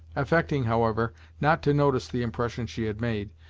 affecting, however, not to notice the impression she had made,